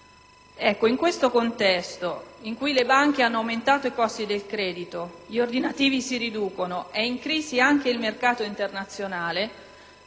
2007), in un contesto in cui le banche hanno aumentato il costo del credito, gli ordinativi si riducono ed è in crisi anche il mercato internazionale,